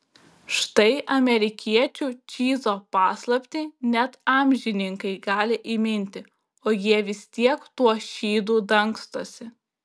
štai amerikiečių čyzo paslaptį net amžininkai gali įminti o jie vis tiek tuo šydu dangstosi